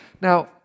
Now